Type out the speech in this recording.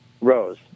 rose